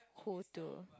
who to